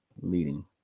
leading